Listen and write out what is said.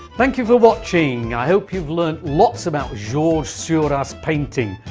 thank you for watching, i hope you've learnt lots about georges seurat's painting,